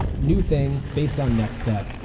new thing based on nextstep.